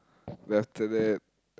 then after that